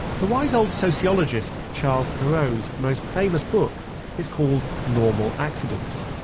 the wise old sociologist, charles perrow's most famous book is called normal accidents.